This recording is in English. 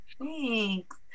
thanks